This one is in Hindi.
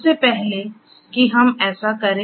इससे पहले कि हम ऐसा करें